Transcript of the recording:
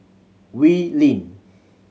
Wee Lin